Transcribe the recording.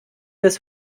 des